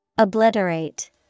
Obliterate